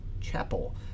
chapel